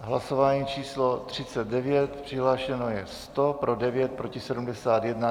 V hlasování číslo 39 přihlášeno je 100, pro 9, proti 71.